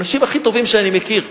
אלה האנשים הכי טובים שאני מכיר.